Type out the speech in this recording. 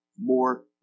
more